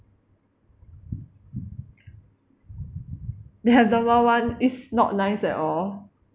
they have the [one] is not nice at all